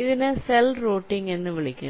ഇതിനെ cell routing എന്ന് വിളിക്കുന്നു